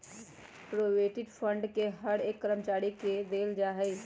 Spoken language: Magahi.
प्रोविडेंट फंड के हर एक कर्मचारी के देल जा हई